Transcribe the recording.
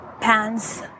pants